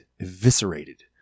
eviscerated